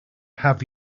have